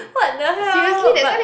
what the hell but